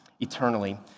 Eternally